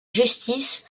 justice